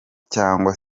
cyangwa